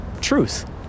Truth